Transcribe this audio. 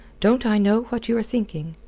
don't i know what you are thinking?